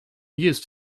used